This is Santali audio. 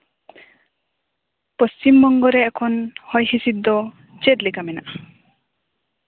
ᱯᱚᱪᱷᱤᱢ ᱵᱚᱝᱜᱚ ᱨᱮ ᱮᱠᱷᱚᱱ ᱦᱚᱭ ᱦᱤᱸᱥᱤᱫ ᱫᱚ ᱪᱮᱫᱞᱮᱠᱟ ᱢᱮᱱᱟᱜᱼᱟ